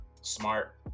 smart